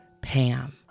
Pam